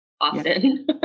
Often